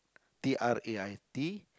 T R A I T